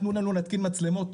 תנו לנו להתקין מצלמות,